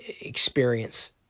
experience